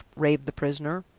raved the prisoner.